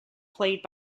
played